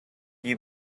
you